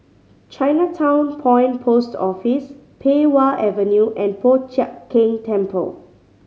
Chinatown Point Post Office Pei Wah Avenue and Po Chiak Keng Temple